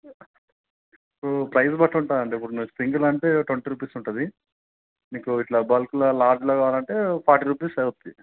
ప్రైజ్ని బట్టి ఉంటుందండి ఇప్పుడు మీకు సింగిల్ అంటే ట్వంటీ రూపీస్ ఉంటుంది మీకు ఇట్లా బల్క్లో లార్జ్లో కావాలంటే ఫార్టీ రూపీస్ అవుతుంది